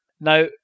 Now